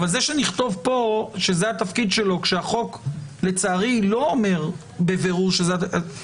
זה שנכתוב כאן שזה התפקיד שלו כשהחוק לצערי לא אומר בבירור שזה כך,